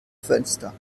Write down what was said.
fenster